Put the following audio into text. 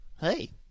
Hey